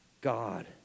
God